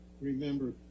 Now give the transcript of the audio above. remember